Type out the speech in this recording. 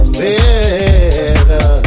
better